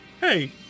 Hey